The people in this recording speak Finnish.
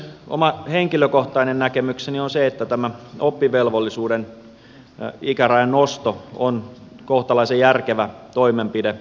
oma henkilökohtainen näkemykseni on se että tämä oppivelvollisuuden ikärajan nosto on kohtalaisen järkevä toimenpide